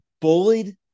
bullied